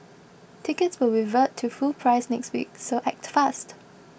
tickets will revert to full price next week so act fast